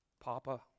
Papa